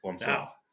now